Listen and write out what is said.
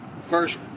first